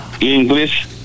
English